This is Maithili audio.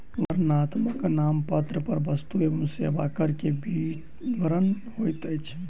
वर्णनात्मक नामपत्र पर वस्तु एवं सेवा कर के विवरण होइत अछि